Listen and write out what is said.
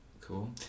cool